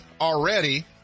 already